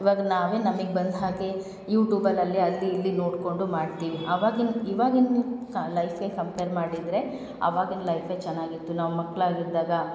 ಇವಾಗ ನಾವೇ ನಮಗ್ ಬಂದ ಹಾಗೆ ಯೂಟೂಬಲ್ಲಿ ಅಲ್ಲಿ ಇಲ್ಲಿ ನೋಡಿಕೊಂಡು ಮಾಡ್ತೀವಿ ಅವಾಗಿನ ಇವಾಗಿನ ಕಾ ಲೈಫೇ ಕಂಪೇರ್ ಮಾಡಿದರೆ ಅವಾಗಿನ ಲೈಫೇ ಚೆನ್ನಾಗಿತ್ತು ನಾವು ಮಕ್ಕಳಾಗಿದ್ದಾಗ